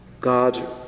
God